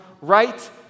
right